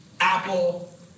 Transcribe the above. Apple